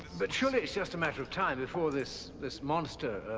but surely it's just a matter of time before this this monster,